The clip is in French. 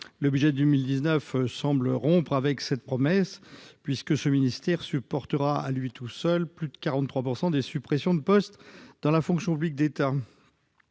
Le budget pour 2019 semble rompre avec cette promesse, puisque ce ministère supportera à lui seul plus de 43 % des suppressions de postes dans la fonction publique de l'État.